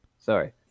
Sorry